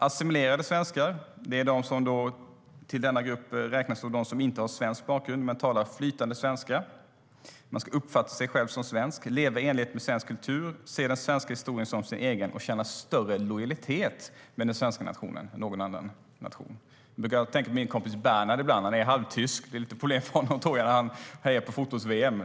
Assimilerade svenskar - till denna grupp räknas de som inte har svensk bakgrund men som talar flytande svenska. Man ska uppfatta sig själv som svensk, leva i enlighet med svensk kultur, se den svenska historien som sin egen och känna större lojalitet med den svenska nationen än med någon annan nation. Jag brukar tänka på min kompis Bernhard ibland. Han är halvtysk, och jag tror att det blir lite problem för honom när han hejar på någon i fotbolls-VM.